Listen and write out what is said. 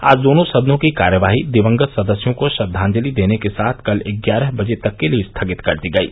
आज दोनों सदनों की कार्यवाही दिवंगत सदस्यों को श्रद्वाजलि देने के साथ कल ग्यारह बजे तक के लिये स्थगित कर दी गयी